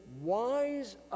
wise